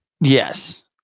Yes